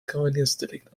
kavaliersdelikt